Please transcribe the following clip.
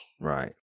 Right